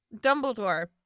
Dumbledore